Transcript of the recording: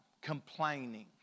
complaining